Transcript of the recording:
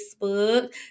facebook